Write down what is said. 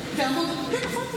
אמרתי לך כבר.